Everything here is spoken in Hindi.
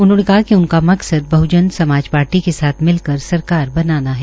उन्होंने कहा कि उनका मकसद बहजन समाज पार्टी के साथ मिलकर सरकार बनाना है